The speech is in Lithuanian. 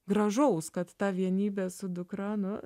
gražaus kad ta vienybė su dukra nu